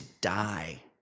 die